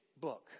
book